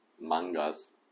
mangas